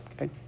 Okay